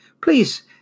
Please